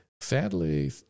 Sadly